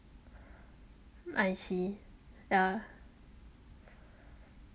I see uh